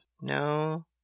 no